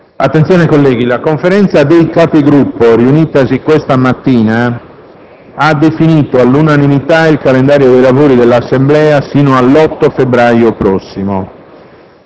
finestra"). La Conferenza dei Capigruppo, riunitasi questa mattina, ha definito all'unanimità il calendario dei lavori dell'Assemblea fino all'8 febbraio prossimo.